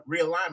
realignment